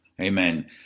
Amen